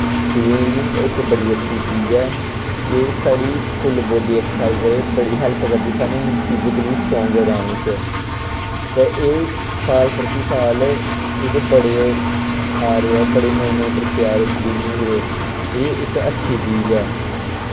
swimming इक बड़ी अच्छी चीज ऐ एह् साढ़ी फुल्ल बाडी एक्सरसाइज ऐ एह् बड़ी हैल्प करदी साणू फिजिकली स्ट्रांगर रैह्ने च ते एह् साल प्रति साल इदे बड़े ओह् आरे ऐ बड़े नोएं नोएं तरीके आरे स्विमिंग दे ते एह् इक अच्छी चीज ऐ